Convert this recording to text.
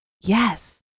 Yes